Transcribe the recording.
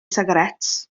sigaréts